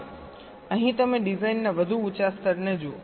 હવે અહીં તમે ડિઝાઇનના વધુ ઉંચા સ્તરને જુઓ